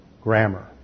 grammar